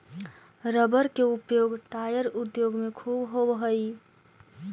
rubber के उपयोग tyre उद्योग में ख़ूब होवऽ हई